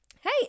hey